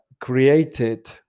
created